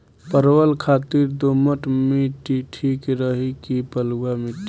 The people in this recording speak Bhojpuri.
परवल खातिर दोमट माटी ठीक रही कि बलुआ माटी?